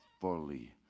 fully